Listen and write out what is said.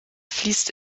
fließt